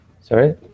sorry